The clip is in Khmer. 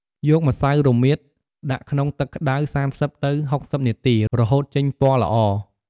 យកម្សៅរមៀត ដាក់ក្នុងទឹកក្ដៅ ៣០ ទៅ ៦០នាទី រហូតចេញពណ៌ល្អ។